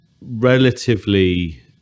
relatively